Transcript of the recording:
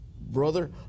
brother